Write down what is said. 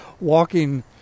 walking